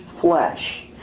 flesh